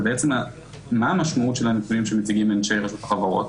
מה המשמעות של הנתונים שמציגים אנשי החברות?